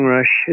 Rush